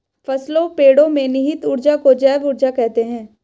फसलों पेड़ो में निहित ऊर्जा को जैव ऊर्जा कहते हैं